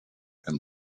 and